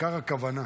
העיקר הכוונה.